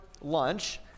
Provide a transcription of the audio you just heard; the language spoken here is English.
lunch